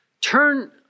turn